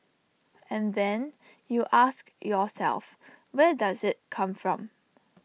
and then you ask yourself where does IT come from